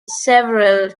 several